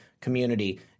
community